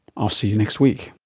i'll see you next week